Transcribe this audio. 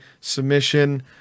submission